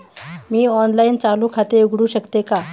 मी online चालू खाते उघडू शकते का?